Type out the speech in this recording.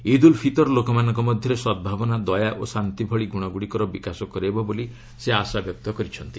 ଇଦ ଉଲ୍ ଫିତର୍ ଲୋକମାନଙ୍କ ମଧ୍ୟରେ ସଦ୍ଭାବନା ଦୟା ଓ ଶାନ୍ତି ଭଳି ଗୁଣଗୁଡ଼ିକର ବିକାଶ କରାଇବ ବୋଲି ସେ ଆଶାବ୍ୟକ୍ତ କରିଛନ୍ତି